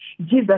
Jesus